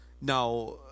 Now